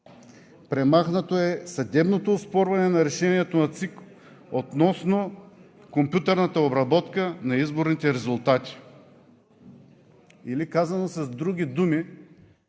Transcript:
Премахнато е съдебното оспорване на решението на ЦИК относно компютърната обработка на изборните резултати. Или казано с други думи